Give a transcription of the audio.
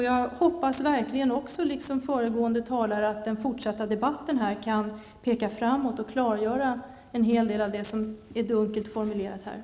Jag hoppas verkligen, liksom föregående talare, att den fortsatta debatten kan peka framåt och klargöra en hel del av det som är dunkelt formulerat i svaret.